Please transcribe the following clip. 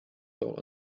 tall